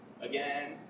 again